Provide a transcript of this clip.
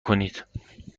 کنید